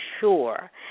sure